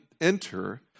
enter